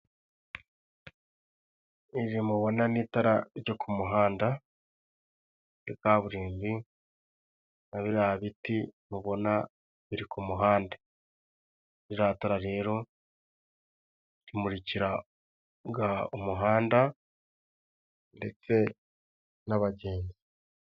Iri mubona ni itara ryo ku muhanda, kaburimbi, nabira biti mubona biri ku muhanda ,riratara rero rimurikiraga umuhanda ndetse n'abagenzi.